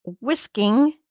whisking